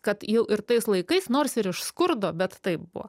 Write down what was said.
kad jau ir tais laikais nors ir iš skurdo bet taip buvo